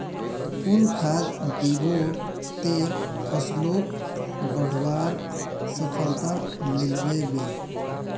कुन खाद दिबो ते फसलोक बढ़वार सफलता मिलबे बे?